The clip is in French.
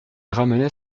ramenait